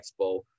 Expo